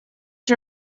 you